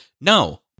No